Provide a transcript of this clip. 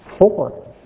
four